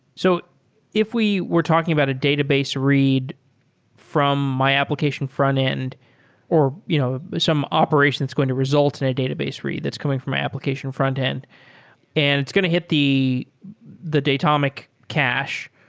so if we were talking about a database read from my application frontend or you know some operations going to result in a database read that's coming from an application frontend and it's going to hit the datomic datomic cache,